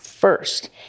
first